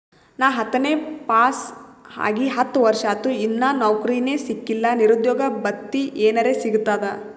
ನಾ ಹತ್ತನೇ ಪಾಸ್ ಆಗಿ ಹತ್ತ ವರ್ಸಾತು, ಇನ್ನಾ ನೌಕ್ರಿನೆ ಸಿಕಿಲ್ಲ, ನಿರುದ್ಯೋಗ ಭತ್ತಿ ಎನೆರೆ ಸಿಗ್ತದಾ?